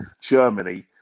Germany